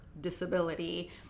disability